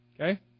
Okay